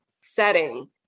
setting